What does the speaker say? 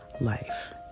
life